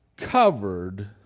covered